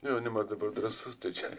jaunimas dabar drąsus tai čia